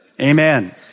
Amen